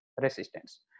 resistance